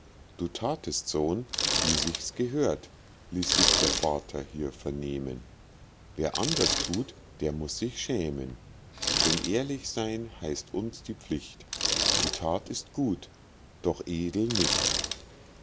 du thatest sohn wie sich's gehört ließ sich der vater hier vernehmen wer anders thut der muß sich schämen denn ehrlich seyn heißt uns die pflicht die that ist gut doch edel nicht